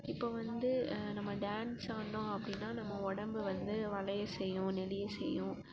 இப்போ வந்து நம்ம டேன்ஸ் ஆடினோம் அப்படின்னா நம்ம உடம்பு வந்து வளைய செய்யும் நெளிய செய்யும்